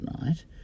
night